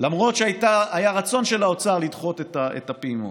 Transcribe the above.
למרות שהיה רצון של האוצר לדחות את הפעימות.